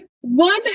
one